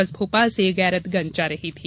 बस भोपाल से गैरतगंज जा रही थी